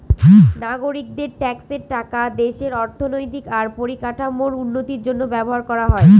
নাগরিকদের ট্যাক্সের টাকা দেশের অর্থনৈতিক আর পরিকাঠামোর উন্নতির জন্য ব্যবহার করা হয়